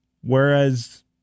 Whereas